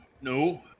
no